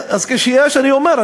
אז כשיש אני אומר.